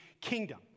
kingdom